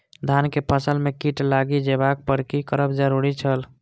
धान के फसल में कीट लागि जेबाक पर की करब जरुरी छल?